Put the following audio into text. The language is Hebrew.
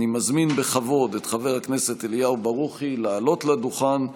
אני מזמין בכבוד את חבר הכנסת אליהו ברוכי לעלות לדוכן.